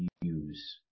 use